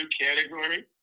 category